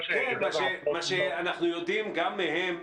אנחנו יודעים גם מהם,